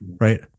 Right